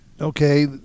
okay